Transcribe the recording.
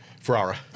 Ferrara